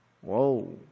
Whoa